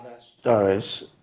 stories